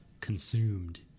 consumed